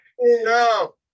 No